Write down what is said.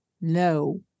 no